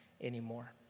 anymore